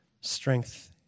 strength